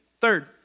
third